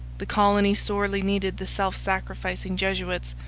the colony sorely needed the self-sacrificing jesuits,